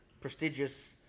prestigious